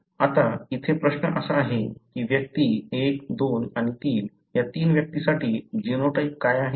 आता इथे प्रश्न असा आहे की व्यक्ती 1 2 आणि 3 या तीन व्यक्तींसाठी जीनोटाइप काय आहे